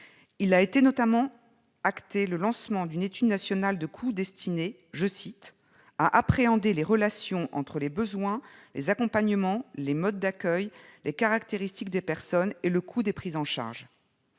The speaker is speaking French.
Il a notamment acté le lancement d'une étude nationale des coûts destinée à « appréhender les relations entre les besoins, les accompagnements, les modes d'accueil, les caractéristiques des personnes et le coût des prises en charge ».